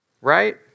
Right